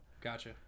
Gotcha